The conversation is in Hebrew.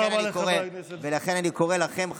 אני קורא לכם,